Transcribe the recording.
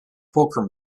poker